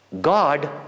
God